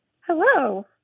Hello